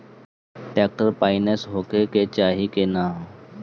Tractor पाईनेस होखे के चाही कि ना?